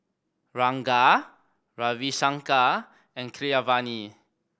Ranga Ravi Shankar and Keeravani